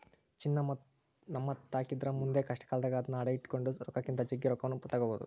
ಚಿನ್ನ ನಮ್ಮತಾಕಿದ್ರ ಮುಂದೆ ಕಷ್ಟಕಾಲದಾಗ ಅದ್ನ ಅಡಿಟ್ಟು ಕೊಂಡ ರೊಕ್ಕಕ್ಕಿಂತ ಜಗ್ಗಿ ರೊಕ್ಕವನ್ನು ತಗಬೊದು